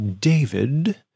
David